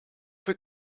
für